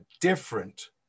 Different